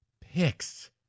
Picks